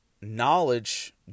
knowledge